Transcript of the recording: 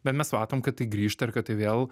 bet mes matom kad tai grįžta ir kad tai vėl